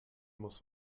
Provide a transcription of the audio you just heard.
muss